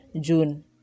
june